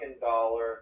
dollar